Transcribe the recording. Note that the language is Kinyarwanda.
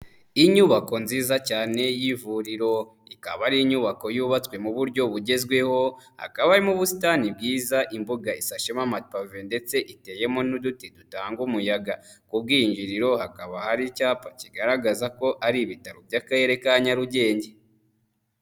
Inyubako nziza cyane y'ivuriro, ikaba ari inyubako yubatswe mu buryo bugezweho, hakaba harimo ubusitani bwiza imbuga isashemo amapave ndetse iteyemo n'uduti dutanga umuyaga ku bwinjiriro hakaba hari icyapa kigaragaza ko ari ibitaro by'akarere ka Nyarugenge.